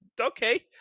okay